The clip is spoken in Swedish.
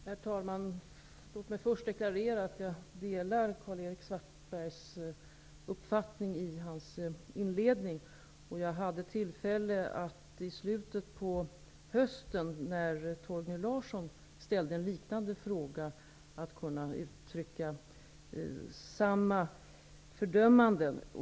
Herr talman! Låt mig först deklarera att jag delar den uppfattning Karl-Erik Svartberg gav uttryck för i sin inledning. Jag hade i slutet på hösten, då Torgny Larsson ställde en liknande fråga, tillfälle att uttrycka samma fördömanden.